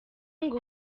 ngo